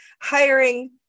hiring